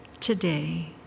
today